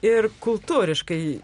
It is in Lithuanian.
ir kultūriškai